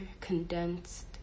condensed